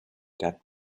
that